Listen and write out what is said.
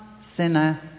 sinner